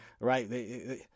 right